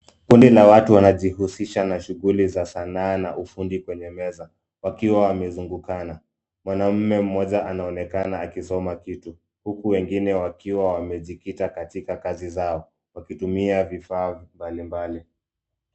Kundi la watu wanajihusisha na sanaa na ufundi. Kwenye meza wakiwa wamezungukana. Mwanaume mmoja anaonekana akisoma kitu, huku wengine wakiwa wamejikita katika kazi zao, wakitumia vifaa mbalimbali.